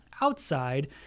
Outside